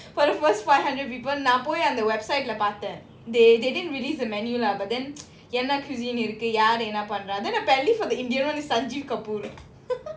for the first five hundred people நா போய் அந்த:naa poi antha website leh பாதேன்:paathaen they they didn't release the menu lah but then என்ன:enna cuisine இருக்கு யார் என்ன பண்றது:irukku yaar enna pandrathu then apparently for the indian [one] it's sanjeev kapoor